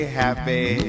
happy